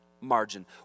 margin